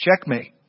Checkmate